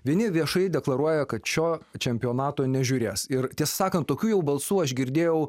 vieni viešai deklaruoja kad šio čempionato nežiūrės ir tiesą sakant tokių jau balsų aš girdėjau